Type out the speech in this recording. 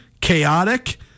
chaotic